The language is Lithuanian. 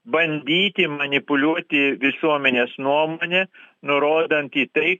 bandyti manipuliuoti visuomenės nuomone nurodant į tai